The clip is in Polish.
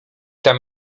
tam